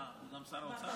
אה, הוא גם שר האוצר?